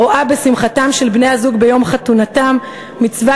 הרואה בשמחתם של בני-הזוג ביום חתונתם מצווה